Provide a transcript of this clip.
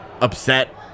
upset